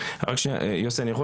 להיכנס